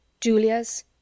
julia's